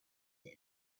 that